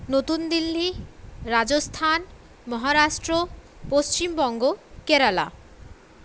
নতুন দিল্লি রাজস্থান মহারাষ্ট্র পশ্চিমবঙ্গ কেরালা